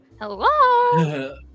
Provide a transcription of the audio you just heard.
Hello